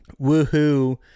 woohoo